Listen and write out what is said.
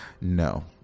No